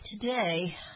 today